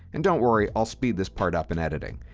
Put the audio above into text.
and don't worry, i'll speed this part up in editing.